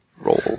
roll